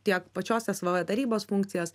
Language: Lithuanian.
tiek pačiose tarybos funkcijas